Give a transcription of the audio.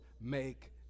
make